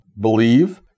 believe